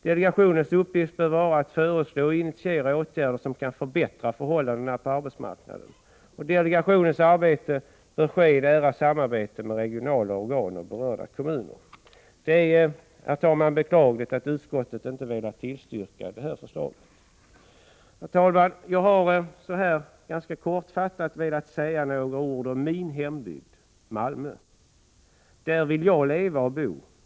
Delegationens uppgift bör vara att föreslå och initiera åtgärder som kan förbättra förhållandena på arbetsmarknaden. Delegationens arbete bör ske i nära samarbete med regionala organ och berörda kommuner. Det är beklagligt att utskottet inte velat tillstyrka det förslaget. Herr talman! Jag har så här ganska kortfattat velat säga några ord om min hembygd, Malmö. Där vill jag leva och bo.